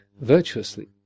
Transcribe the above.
virtuously